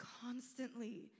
constantly